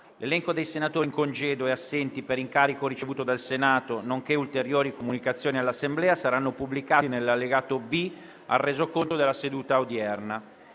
L'elenco dei senatori in congedo e assenti per incarico ricevuto dal Senato, nonché ulteriori comunicazioni all'Assemblea saranno pubblicati nell'allegato B al Resoconto della seduta odierna.